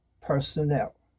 personnel